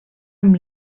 amb